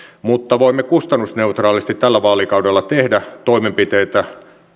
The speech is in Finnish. mutta voimme kustannusneutraalisti tällä vaalikaudella tehdä toimenpiteitä